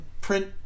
print